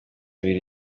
abiri